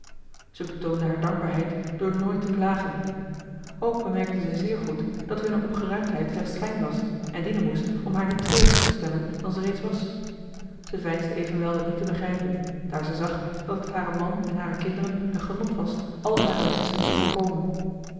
ze betoonde haar dankbaarheid door nooit te klagen ook bemerkte ze zeer goed dat hunne opgeruimdheid slechts schijn was en dienen moest om haar niet treuriger te stemmen dan ze reeds was ze veinsde evenwel het niet te begrijpen daar ze zag dat het haren man en hare kinderen een genot was al hare wenschen te voorkomen